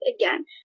again